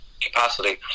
capacity